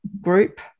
group